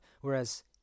Whereas